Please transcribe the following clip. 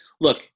look